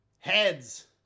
heads